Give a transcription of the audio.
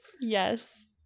yes